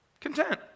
content